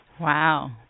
Wow